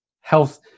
Health